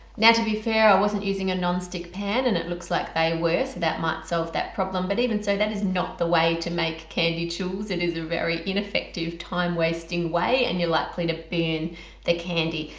now to be fair i wasn't using a nonstick pan and it looks like they were so that might solve that problem but even so that is not the way to make candy tuiles, it is a very ineffective time-wasting way and you're likely to burn the candy.